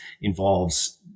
involves